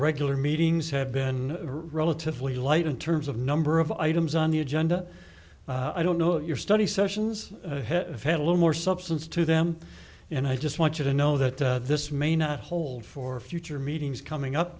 regular meetings have been relatively light in terms of number of items on the agenda i don't know if your study sessions had a little more substance to them and i just want you to know that this may not hold for future meetings coming up